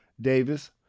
Davis